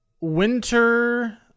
Winter